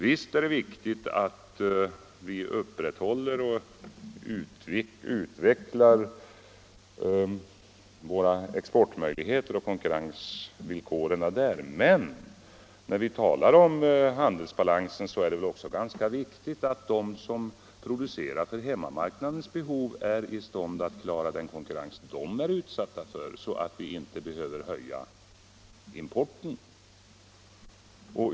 Visst är det viktigt att vi upprätthåller och utvecklar våra konkurrensmöjligheter på exportmarknaden, men när det gäller handelsbalansen är det väl också ganska väsentligt att de som producerar för hemmamarknadens behov är i stånd att klara den konkurrens de är utsatta för, så att vi inte behöver öka importen.